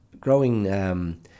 growing